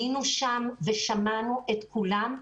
היינו שם ושמענו את כולם.